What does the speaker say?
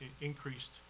increased